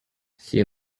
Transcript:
see